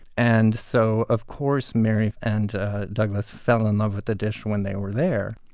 and so of course, mary and douglas fell in love with the dish when they were there.